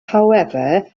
however